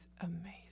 amazing